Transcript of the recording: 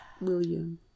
William